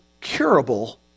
curable